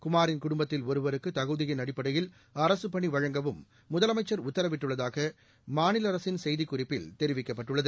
குமாின் குடும்பத்தில் ஒருவருக்கு தகுதியின் அடிப்படையில் அரசு பணி வழங்கவும் முதலமைச்ச் உத்தரவிட்டுள்ளதாக மாநில அரசின் செய்திக் குறிப்பில் தெரிவிக்கப்பட்டுள்ளது